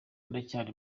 ndacyari